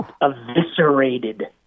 eviscerated